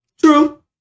True